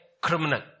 criminal